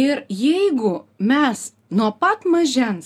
ir jeigu mes nuo pat mažens